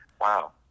wow